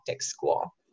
school